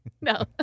No